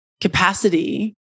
capacity